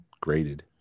graded